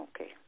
okay